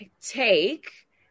take